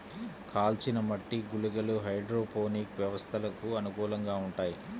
కాల్చిన మట్టి గుళికలు హైడ్రోపోనిక్ వ్యవస్థలకు అనుకూలంగా ఉంటాయి